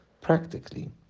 Practically